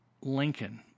Lincoln